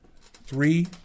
Three